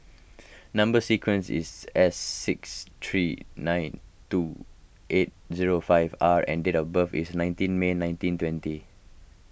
Number Sequence is S six three nine two eight zero five R and date of birth is nineteen May nineteen twenty